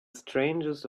strangest